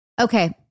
Okay